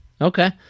Okay